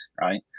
right